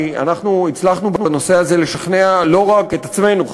כי הצלחנו בנושא הזה לשכנע לא רק את עצמנו,